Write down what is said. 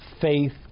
faith